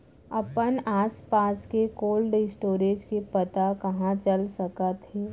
अपन आसपास के कोल्ड स्टोरेज के पता कहाँ चल सकत हे?